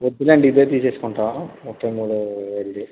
వద్దులెండి ఇదే తీసేసుకుంటాను ఒకే మోడల్ ఎల్జీ